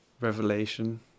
revelation